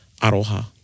aroha